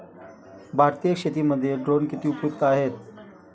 भारतीय शेतीमध्ये ड्रोन किती उपयुक्त आहेत?